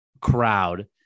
crowd